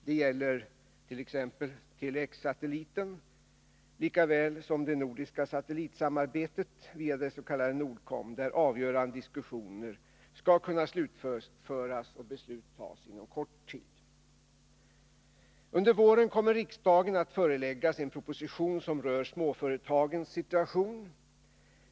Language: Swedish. Det gäller exempelvis Tele-X-satelliten, lika väl som det nordiska satellitsamarbetet via den s.k. Nord-Com, där avgörande diskussioner skall kunna slutföras och beslut tas inom kort. Under våren kommer riksdagen att föreläggas en proposition som rör småföretagens situation.